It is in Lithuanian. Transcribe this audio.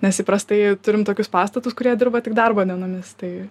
nes įprastai turim tokius pastatus kurie dirba tik darbo dienomis tai